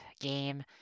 game